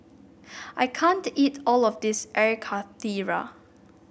I can't eat all of this Air Karthira